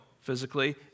physically